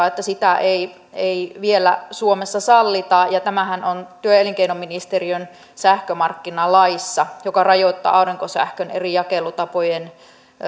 että sitä ei ei vielä suomessa sallita ja tämähän on työ ja elinkeinoministeriön sähkömarkkinalaissa joka rajoittaa aurinkosähkön eri jakelutapojen